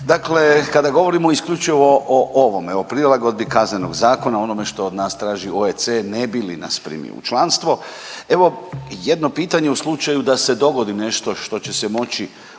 Dakle, kada govorimo isključivo o ovome, o prilagodbi Kaznenog zakona, o onome što od nas traži OEC na bi li nas primio u članstvo. Evo jedno pitanje u slučaju da se dogodi nešto što će se moći